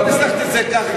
לא, לא ניסחתי את זה כך.